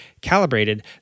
calibrated